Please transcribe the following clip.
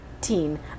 teen